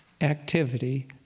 activity